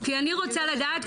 כי אני רוצה לדעת,